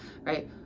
right